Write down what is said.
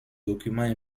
documents